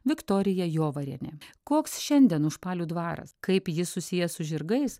viktorija jovarienė koks šiandien užpalių dvaras kaip jis susijęs su žirgais